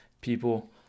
people